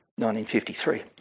1953